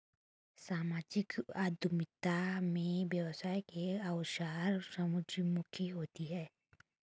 सामाजिक उद्यमिता में व्यवसाय के अवसर समाजोन्मुखी होते हैं